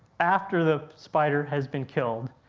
after the spider has been killed.